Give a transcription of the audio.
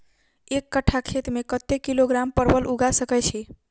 एक कट्ठा खेत मे कत्ते किलोग्राम परवल उगा सकय की??